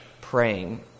praying